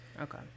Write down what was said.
Okay